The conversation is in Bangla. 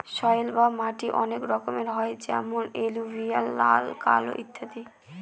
সয়েল বা মাটি অনেক রকমের হয় যেমন এলুভিয়াল, লাল, কালো ইত্যাদি